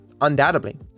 undoubtedly